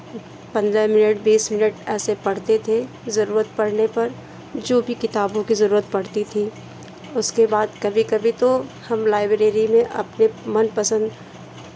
पन्द्रह मिनट बीस मिनट ऐसे पढ़ते थे ज़रूरत पड़ने पर जो भी किताबों की ज़रूरत पड़ती थी उसके बाद कभी कभी तो हम लाइब्रेरी में अपने मन पसंद